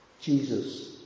Jesus